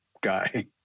guy